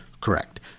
Correct